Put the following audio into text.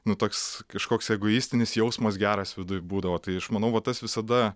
nu toks kažkoks egoistinis jausmas geras viduj būdavo tai aš manau va tas visada